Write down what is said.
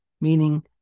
Meaning